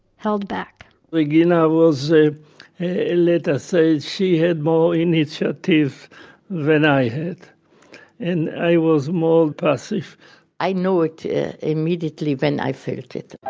held back regina was, let us say she had more initiative than i had and i was more passive i know it immediately when i felt it,